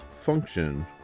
function